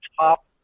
top